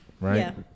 Right